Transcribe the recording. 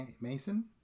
Mason